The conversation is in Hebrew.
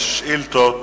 יש שאילתות,